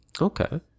Okay